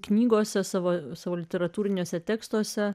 knygose savo savo literatūriniuose tekstuose